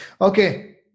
okay